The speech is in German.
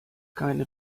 keine